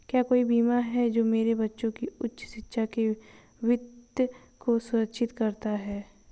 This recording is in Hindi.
क्या कोई बीमा है जो मेरे बच्चों की उच्च शिक्षा के वित्त को सुरक्षित करता है?